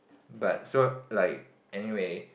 but so like anyway